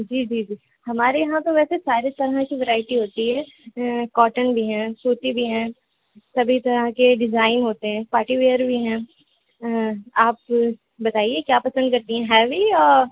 جی جی جی ہمارے یہاں تو ویسے سارے طرح کی ورائٹی ہوتی ہے کاٹن بھی ہیں سوتی بھی ہیں سبھی طرح کے ڈیزائن ہوتے ہیں پارٹی ویئر بھی ہیں آپ بتائیے کیا پسند کرتی ہیں ہیوی